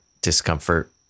discomfort